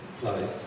place